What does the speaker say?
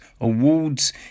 awards